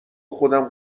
خودم